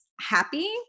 happy